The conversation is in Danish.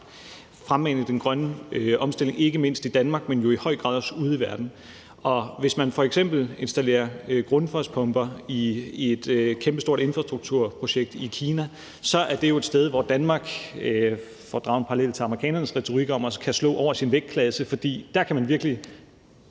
fremmane den grønne omstilling, ikke mindst i Danmark, men i høj grad også ude i verden. Lad os sige, at man f.eks. installerer grundfospumper i et kæmpestort infrastrukturprojekt i Kina. Det er jo et sted, hvor Danmark – for at drage en parallel til amerikanernes retorik – kan slå over sin vægtklasse, for der kan man virkelig